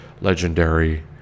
legendary